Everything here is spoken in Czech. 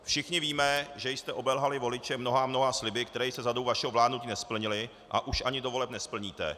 Všichni víme, že jste obelhali voliče mnoha a mnoha sliby, které jste za dobu vašeho vládnutí nesplnili a už ani do voleb nesplníte.